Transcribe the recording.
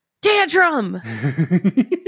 tantrum